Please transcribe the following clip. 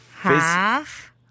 Half